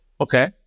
okay